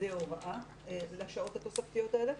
עובדי הוראה לשעות התוספתיות האלה.